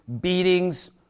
beatings